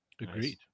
agreed